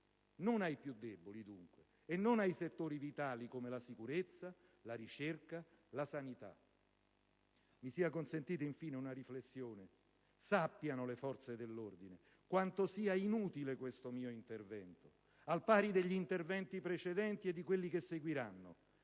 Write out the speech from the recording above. non ai più deboli, dunque, e non a settori vitali come la sicurezza, la ricerca e la sanità. Mi sia consentita, infine, una riflessione. Sappiano le forze dell'ordine quanto sia inutile questo mio intervento, al pari degli interventi precedenti e di quelli che seguiranno.